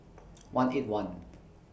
one eight one